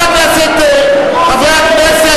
חברי הכנסת,